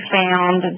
found